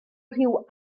rhyw